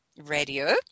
Radio